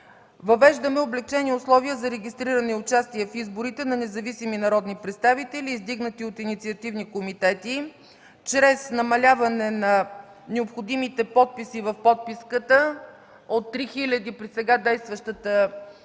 въвеждаме облекчени условия за регистриране и участие в изборите на независими народни представители, издигнати от инициативни комитети, чрез намаляване на необходимите подписи в подписката – от 3000 при сега действащата регулация